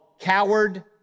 Coward